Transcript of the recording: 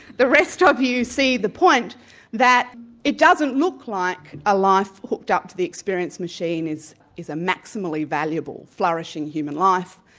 the rest of you see the point that it doesn't look like a life hooked up to the experience machine is is a maximally valuable, flourishing human life,